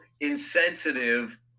insensitive